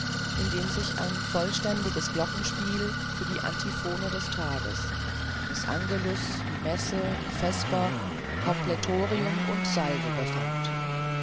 in dem sich ein vollständiges glockenspiel für die antiphone des tages das angelus die messe die vesper completorium und salve befand